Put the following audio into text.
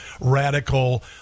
radical